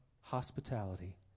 hospitality